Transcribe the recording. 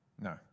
No